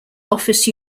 office